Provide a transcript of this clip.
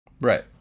Right